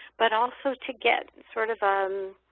but also to get and sort of um